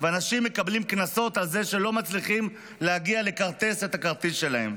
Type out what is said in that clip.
ואנשים מקבלים קנסות על זה שהם לא מצליחים להגיע לכרטס את הכרטיס שלהם?